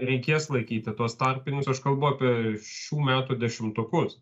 reikės laikyti tuos tarpinius aš kalbu apie šių metų dešimtokus